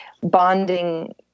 bonding